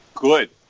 Good